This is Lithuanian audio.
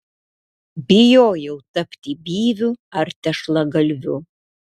bijojau tapti byviu ar tešlagalviu